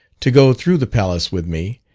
to go through the palace with me,